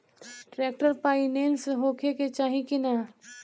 Tractor पाईनेस होखे के चाही कि ना?